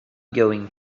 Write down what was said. going